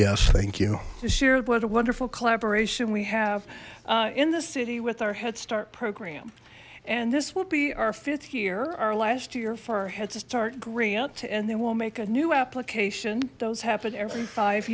yes thank you you shared what a wonderful collaboration we have in the city with our headstart program and this would be our fifth year our last year for headstart grant and then we'll make a new application those happen every five